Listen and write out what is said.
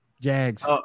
Jags